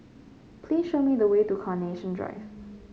please show me the way to Carnation Drive